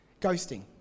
Ghosting